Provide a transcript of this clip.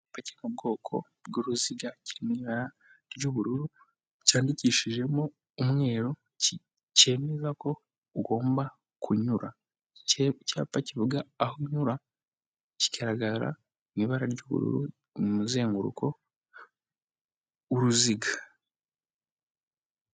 Icyapa kiri mu bwoko bw'uruziga kiri mu ibara ry'ubururu, cyanyandikishijemo umweru cyemeza ko ugomba kunyura, icyapa kivuga aho unyura kigaragara mu ibara ry'ubururu mu muzenguruko w'uruziga.